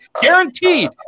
Guaranteed